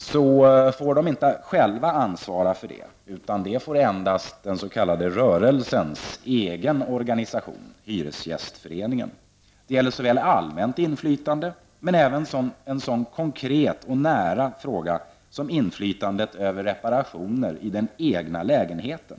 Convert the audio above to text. får de boende inte själva ansvara för, utan det får endast den s.k. rörelsens egen organisation, Hyresgästföreningen. Det gäller såväl allmänt inflytande som en sådan konkret och nära fråga som inflytandet över reparationer i den egna lägenheten.